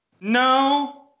No